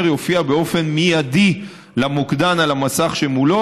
יופיע באופן מיידי אצל המוקדן על המסך שמולו,